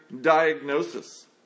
diagnosis